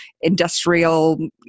industrial